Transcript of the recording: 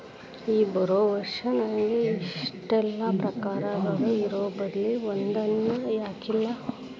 ಈ ಬಾರೊವರ್ಸ್ ನ್ಯಾಗ ಇಷ್ಟೆಲಾ ಪ್ರಕಾರಗಳು ಇರೊಬದ್ಲಿ ಒಂದನ ಯಾಕಿಲ್ಲಾ?